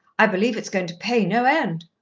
i believe it's going to pay no end.